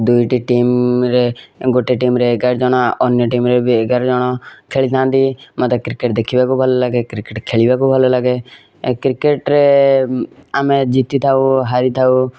ଦୁଇଟି ଟିମ୍ରେ ଗୋଟେ ଟିମ୍ରେ ଏଗାର ଜଣ ଅନ୍ୟ ଟିମ୍ରେ ବି ଏଗାର ଜଣ ଖେଳିଥାନ୍ତି ମୋତେ କ୍ରିକେଟ ଦେଖିବାକୁ ଭଲ ଲାଗେ କ୍ରିକେଟ ଖେଳିବାକୁ ଭଲ ଲାଗେ କ୍ରିକେଟରେ ଆମେ ଜିତିଥାଉ ହାରିଥାଉ